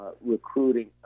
recruiting